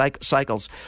Cycles